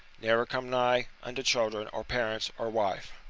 never come nigh unto children, or parents, or wife.